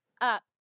up